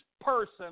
person